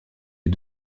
est